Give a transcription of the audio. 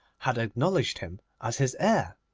had acknowledged him as his heir.